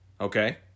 Okay